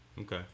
Okay